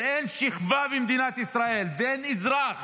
ואין שכבה במדינת ישראל, ואין אזרח